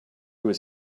was